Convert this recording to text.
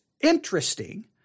interesting